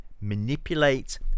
manipulate